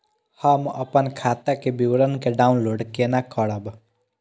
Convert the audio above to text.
हम अपन खाता के विवरण के डाउनलोड केना करब?